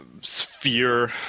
sphere